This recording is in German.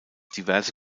diverse